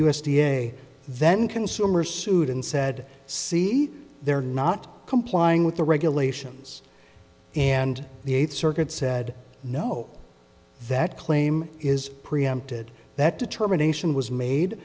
a then consumer sued and said see they're not complying with the regulations and the eighth circuit said no that claim is preempted that determination was made